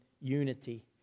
unity